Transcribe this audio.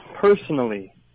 personally